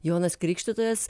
jonas krikštytojas